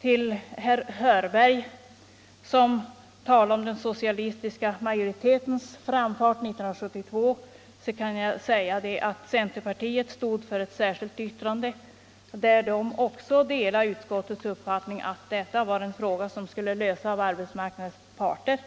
Till herr Hörberg, som talade om den socialistiska majoritetens framfart 1972, kan jag säga att centerpartiets ledamöter stod för ett särskilt yttrande, där de också delade majoritetens uppfattning att det här var en fråga som skulle lösas av arbetsmarknadens parter.